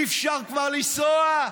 אי-אפשר כבר לנסוע,